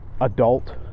adult